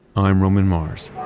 i'm roman mars